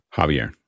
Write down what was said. Javier